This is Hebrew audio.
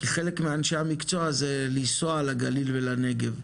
חלק מהמקצוע ואנשי המקצוע זה לנסוע לגליל ולנגב.